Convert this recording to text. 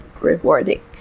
rewarding